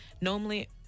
normally